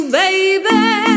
baby